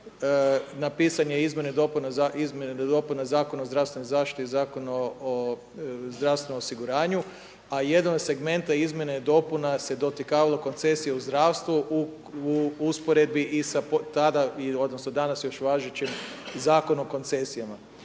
doprinos za izmjene i dopune Zakona o zdravstvenoj zaštiti i Zakon o zdravstvenom osiguranju. A jedan od segmenata izmjena i dopuna se dotaknulo koncesije u zdravstvu u usporedbi i sa tada, odnosno danas još važećim Zakonom o koncesijama.